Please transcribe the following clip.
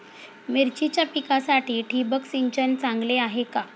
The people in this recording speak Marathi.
मिरचीच्या पिकासाठी ठिबक सिंचन चांगले आहे का?